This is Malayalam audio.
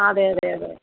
അതെ അതെ അതെ